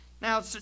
Now